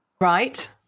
Right